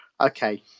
Okay